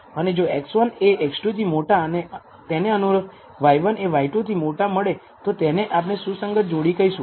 અને જો x1 એ x2 થી મોટા અને તેને અનુરૂપ y1 એ y2 થી મોટા મળે તો તેને આપણે સુસંગત જોડી કહીશું